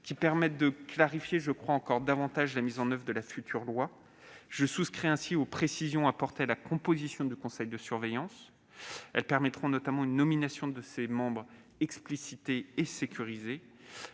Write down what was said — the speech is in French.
visant à clarifier encore davantage la mise en oeuvre de la future loi. Je souscris aux précisions apportées à la composition du conseil de surveillance : elles permettront notamment une nomination de ses membres explicitée et sécurisée.